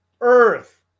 Earth